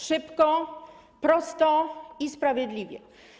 Szybko, prosto i sprawiedliwie.